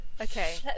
Okay